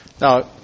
Now